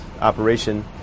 operation